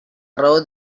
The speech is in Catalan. raó